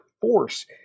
force